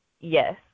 yes